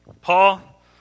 Paul